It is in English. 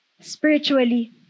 spiritually